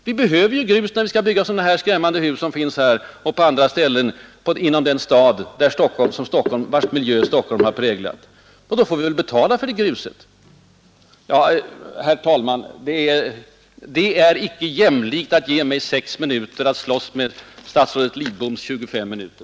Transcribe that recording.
Vi behöver grus bl.a. för att bygga sådana här skrämmande hus som finns här utanför och på andra ställen inom den stad vars miljö Stockholms kommun har präglat. Men behöver vi grus får vi också betala för det, oavsett vem som äger det. Herr talman, det är inte jämlikt att ge mig sex minuter för att slåss med statsrådet Lidboms 25 minuter.